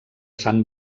sant